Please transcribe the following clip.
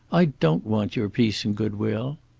i don't want your peace and good will.